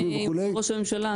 דיונים עם ראש הממשלה,